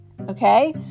okay